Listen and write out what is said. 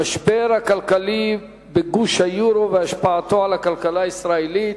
המשבר הכלכלי בגוש היורו והשפעתו על הכלכלה הישראלית,